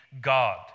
God